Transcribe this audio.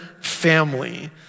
family